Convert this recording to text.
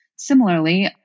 Similarly